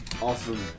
Awesome